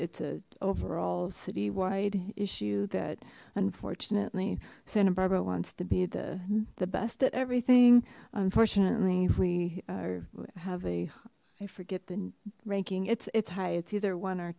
it's a overall city wide issue that unfortunately santa barbara wants to be the the best at everything unfortunately we have a i forget the ranking it's it's high it's either one or